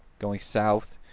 going south,